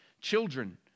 children